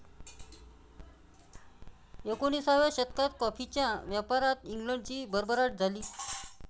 एकोणिसाव्या शतकात कॉफीच्या व्यापारात इंग्लंडची भरभराट झाली